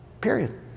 Period